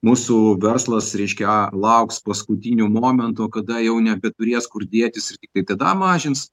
mūsų verslas reiškia lauks paskutinių momentų kada jau nebeturės kur dėtis ir tiktai tada mažins